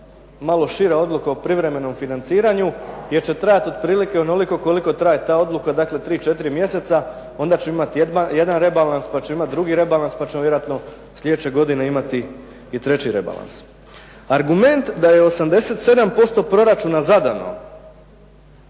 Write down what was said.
malo šira odluka o privremenom financiranju jer će trajati otprilike onoliko koliko traje ta odluka, dakle tri, četiri mjeseca. Onda ćemo imati jedan rebalans, pa ćemo imati drugi rebalans, pa ćemo vjerojatno slijedeće godina imati i treći rebalans. Argument da je 87% proračuna zadano